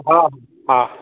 ହଁ ହଁ